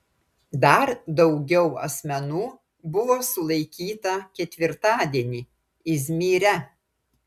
dar daugiau asmenų buvo sulaikyta ketvirtadienį izmyre